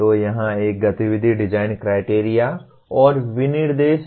तो यहां एक गतिविधि डिजाइन क्राइटेरिया और विनिर्देश हैं